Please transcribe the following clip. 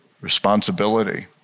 responsibility